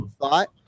thought